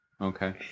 Okay